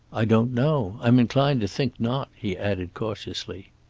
i don't know. i'm inclined to think not, he added cautiously.